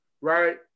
right